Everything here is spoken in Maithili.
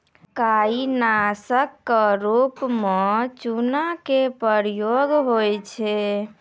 काई नासक क रूप म चूना के प्रयोग होय छै